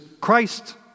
Christ